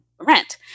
rent